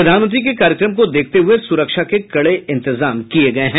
प्रधानमंत्री के कार्यक्रम को देखते हुये सुरक्षा के कड़े इंतजाम किये गये हैं